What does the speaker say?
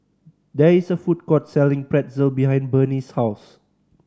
there is a food court selling Pretzel behind Bernice's house